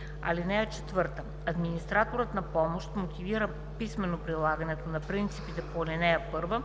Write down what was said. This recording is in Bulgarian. на помощта. (4) Администраторът на помощ мотивира писмено прилагането на принципите по ал. 1,